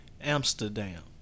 Amsterdam